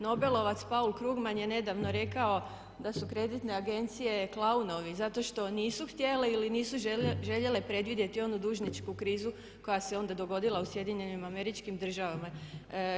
Nobelovac Paul Krugman je nedavno rekao da su kreditne agencije klaunovi zato što nisu htjele ili nisu željele predvidjeti onu dužničku krizu koja se onda dogodila u SAD-u.